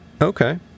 Okay